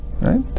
right